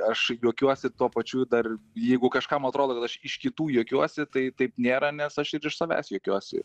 aš juokiuosi tuo pačiu dar jeigu kažkam atrodo kad aš iš kitų juokiuosi tai taip nėra nes aš ir iš savęs juokiuosi